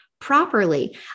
properly